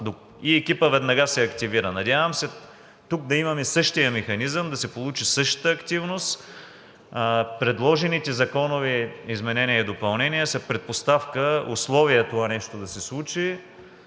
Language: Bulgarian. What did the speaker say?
и екипът веднага се активира. Надявам се, тук да имаме същия механизъм, да се получи същата активност. Предложените законови изменения и допълнения са предпоставка, условие това нещо да се случи